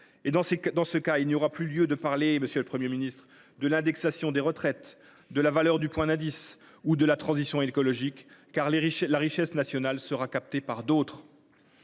ministre, il n’y aura plus lieu de parler de l’indexation des retraites, de la valeur du point d’indice ou de transition écologique, car la richesse nationale sera captée par d’autres.